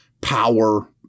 power